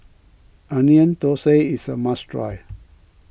Onion Thosai is a must try